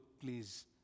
please